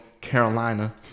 Carolina